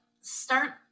start